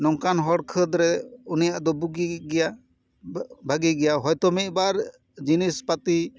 ᱱᱚᱝᱠᱟᱱ ᱦᱚᱲ ᱠᱷᱟᱹᱫᱽ ᱨᱮ ᱩᱱᱤᱭᱟᱜ ᱫᱚ ᱵᱩᱜᱤᱜ ᱜᱮᱭᱟ ᱵᱷᱟᱜ ᱵᱷᱟᱹᱜᱤ ᱜᱮᱭᱟ ᱦᱳᱭ ᱛᱚ ᱢᱤᱫ ᱵᱟᱨ ᱡᱤᱱᱤᱥ ᱯᱟᱛᱤ